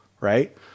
Right